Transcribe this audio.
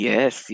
Yes